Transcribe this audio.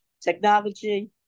technology